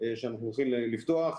שאנחנו הולכים לפתוח.